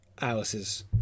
Alice's